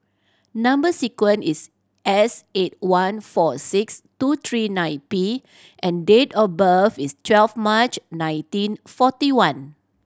number sequence is S eight one four six two three nine P and date of birth is twelve March nineteen forty one